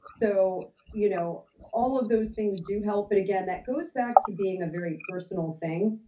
so you know all of those things do help. but again, that goes back to being a very personal thing.